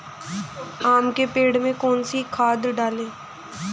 आम के पेड़ में कौन सी खाद डालें?